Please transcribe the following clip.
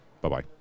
Bye-bye